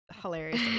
hilarious